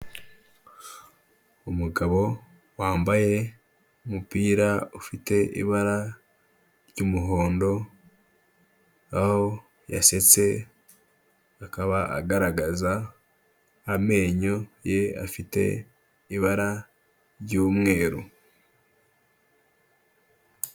Umugabo wambaye umupira ufite ibara ry'umuhondo aho yasetse, akaba agaragaza amenyo ye afite ibara ry'umweru.